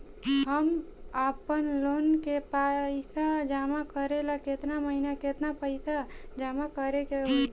हम आपनलोन के पइसा जमा करेला केतना महीना केतना पइसा जमा करे के होई?